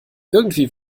irgendwie